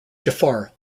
jafar